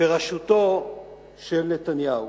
בראשותו של נתניהו.